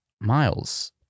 miles